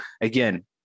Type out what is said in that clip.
again